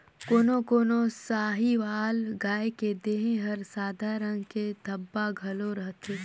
कोनो कोनो साहीवाल गाय के देह हर सादा रंग के धब्बा घलो रहथे